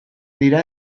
dira